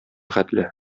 хәтле